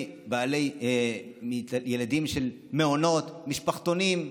מהורים לילדים במעונות, משפחתונים.